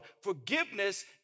Forgiveness